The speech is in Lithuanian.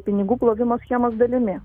pinigų plovimo schemos dalimi